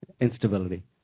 instability